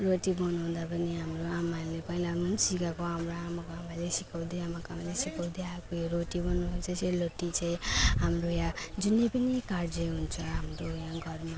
रोटी बनाउँदा पनि हाम्रो आमाले पहिला मोमले सिकाएको हाम्रो आमाको आमाले सिकाउँदै आमाको आमाले सिकाउँदै आएको यो रोटी बनाउनु चाहिँ सेलरोटी चाहिँ हाम्रो यहाँ जुनै पनि कार्य हुन्छ हाम्रो उयो यहाँ घरमा